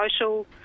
social